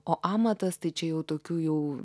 o amatas tai čia jau tokių jau